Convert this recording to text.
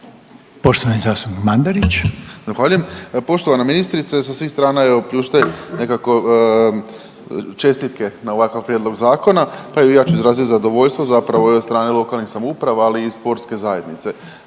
Poštovani zastupnik Mandarić.